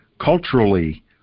culturally